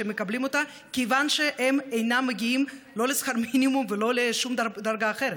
שהם מקבלים כיוון שהם אינם מגיעים לא לשכר מינימום ולא לשום דרגה אחרת.